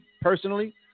personally